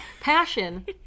Passion